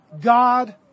God